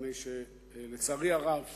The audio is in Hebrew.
מפני שלצערי הרב